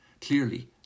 Clearly